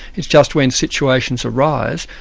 it's just when situations arise,